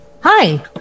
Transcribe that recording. Hi